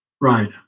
Right